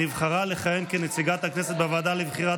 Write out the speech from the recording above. נבחרה לכהן כנציגת הכנסת בוועדה לבחירת